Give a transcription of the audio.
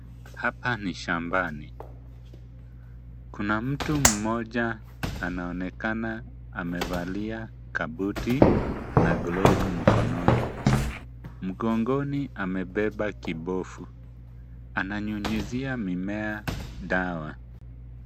Hapa ni shambani. Kuna mtu mmoja anaonekana amevalia kabuti na glovu mkononi. Mgongoni amebeba kibofu. Ananyunyuzia mimea dawa.